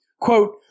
Quote